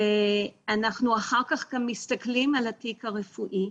ואנחנו אחר כך גם מסתכלים על התיק הרפואי.